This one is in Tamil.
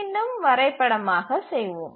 மீண்டும் வரைபடமாக செய்வோம்